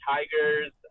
Tigers